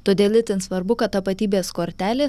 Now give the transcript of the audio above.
todėl itin svarbu kad tapatybės kortelės